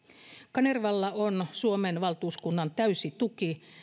kanervalla on suomen valtuuskunnan täysi tuki